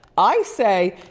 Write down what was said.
i say,